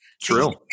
True